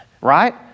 Right